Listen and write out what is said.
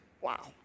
Wow